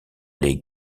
les